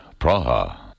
Praha